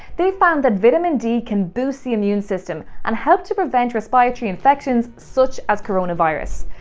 they found that vitamin d can boost the immune system and help to prevent respiratory infections such as coronavirus.